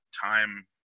time